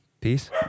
Peace